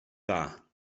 dda